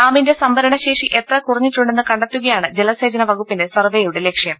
ഡാമിന്റെ സംഭരണശേഷി എത്ര കുറഞ്ഞിട്ടുണ്ടെന്ന് കണ്ടെത്തുകയാണ് ജലസേചന വ്കുപ്പിന്റെ സർവ്വേയുടെ ലക്ഷ്യം